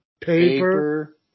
Paper